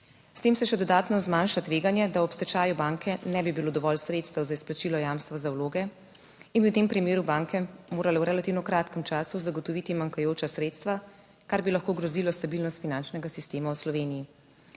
S tem se še dodatno zmanjša tveganje, da ob stečaju banke ne bi bilo dovolj sredstev za izplačilo jamstva za vloge in bi v tem primeru banke morale v relativno kratkem času zagotoviti manjkajoča sredstva, kar bi lahko ogrozilo stabilnost finančnega sistema v Sloveniji.